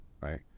right